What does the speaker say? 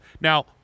Now